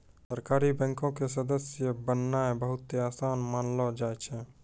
सहकारी बैंको के सदस्य बननाय बहुते असान मानलो जाय छै